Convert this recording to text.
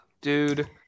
dude